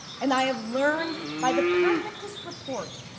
and i have learned by the perfectest report,